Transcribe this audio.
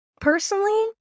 Personally